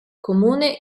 comune